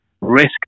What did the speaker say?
risk